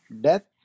Death